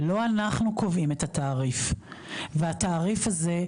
לא אנחנו קובעים את התעריף והתעריף הזה,